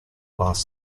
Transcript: last